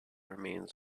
remain